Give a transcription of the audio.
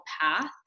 path